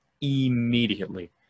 immediately